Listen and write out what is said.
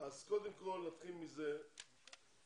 אני לא יודע למה מבחינים בין עלייה